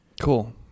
Cool